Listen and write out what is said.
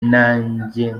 najye